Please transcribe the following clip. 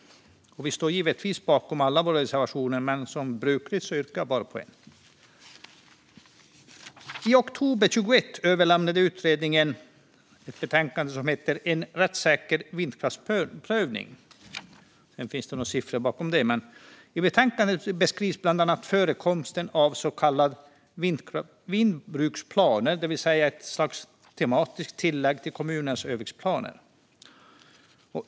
Vi står givetvis bakom alla våra reservationer, men som brukligt yrkar jag bara bifall till en. I oktober 2021 överlämnade utredningen ett betänkande som heter En rättssäker vindkraftsprövning , SOU 2021:53. I betänkandet beskrivs bland annat förekomsten av så kallade vindbruksplaner, det vill säga ett slags tematiskt tillägg till kommunernas översiktsplaner.